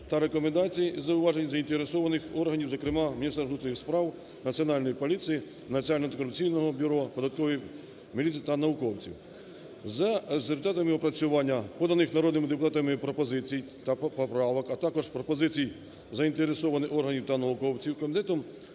та рекомендації і зауваження заінтересованих органів, зокрема Міністерства внутрішніх справ, Національної поліції, Національного антикорупційного бюро, Податкової міліції та науковців. За результатами опрацювання поданих народними депутатами пропозицій та поправок, а також пропозицій заінтересованих органів та науковців комітетом